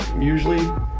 Usually